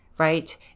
right